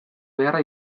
beharra